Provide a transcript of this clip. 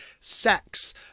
Sex